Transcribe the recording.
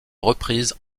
reprises